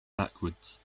backwards